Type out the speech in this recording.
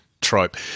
trope